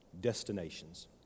destinations